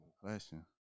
question